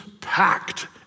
packed